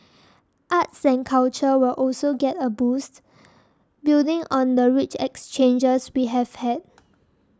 arts culture will also get a boost building on the rich exchanges we have had